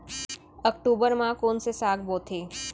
अक्टूबर मा कोन से साग बोथे?